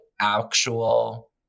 actual